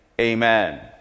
amen